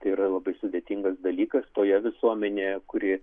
tai yra labai sudėtingas dalykas toje visuomenėje kuri